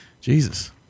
Jesus